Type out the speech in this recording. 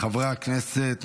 חברי הכנסת,